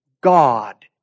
God